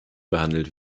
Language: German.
behandelt